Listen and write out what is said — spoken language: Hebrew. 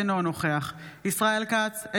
אינו נוכח ישראל כץ,